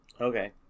okay